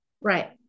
Right